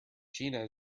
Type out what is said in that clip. gina